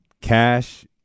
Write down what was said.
Cash